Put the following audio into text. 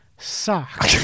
Suck